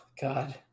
God